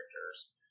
characters